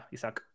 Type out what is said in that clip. Isaac